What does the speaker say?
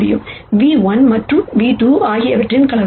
v1 மற்றும் v2 ஆகியவற்றின் கலவை